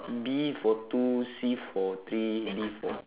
B for two C for three D for